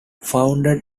founded